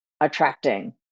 attracting